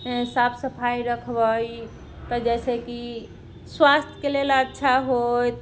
साफ सफाइ रखबै तऽ जैसे कि स्वास्थ्यके लेल अच्छा होयत